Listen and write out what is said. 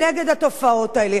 אבל התופעות קיימות,